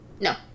No